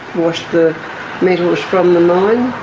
washed the metals from the mine